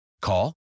Call